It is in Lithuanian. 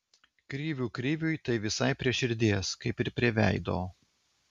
krivių kriviui tai visai prie širdies kaip ir prie veido